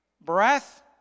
breath